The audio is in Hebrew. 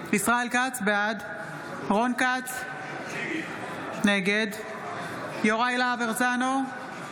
בעד רון כץ, נגד יוראי להב הרצנו,